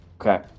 Okay